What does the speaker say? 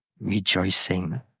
rejoicing